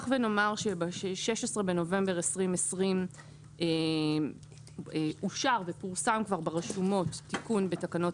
ב-16 בנובמבר 2020 אושר זה כבר פורסם ברשומות תיקון בתקנות